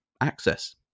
access